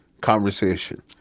conversation